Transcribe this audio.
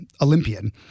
Olympian